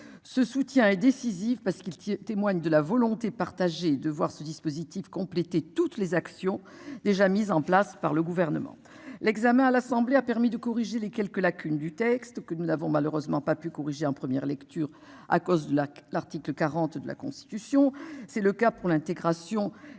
Ce soutien est décisif parce qu'il témoigne de la volonté partagée de voir ce dispositif complété toutes les actions déjà mises en place par le gouvernement. L'examen à l'Assemblée a permis de corriger les quelques lacunes du texte que nous n'avons malheureusement pas pu corriger en première lecture, à cause de la, l'article 40 de la Constitution, c'est le cas pour l'intégration